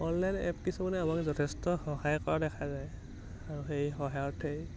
online app কিছুমানে আমাক যথেষ্ট সহায় কৰা দেখা যায় আৰু সেই সহায়তেই